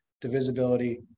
divisibility